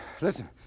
Listen